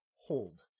hold